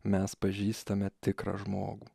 mes pažįstame tikrą žmogų